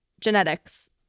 genetics